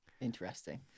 interesting